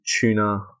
Tuna